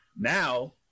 Now